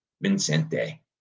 Vincente